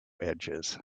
edges